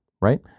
right